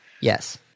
Yes